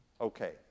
Okay